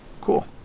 Cool